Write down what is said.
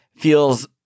feels